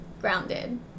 grounded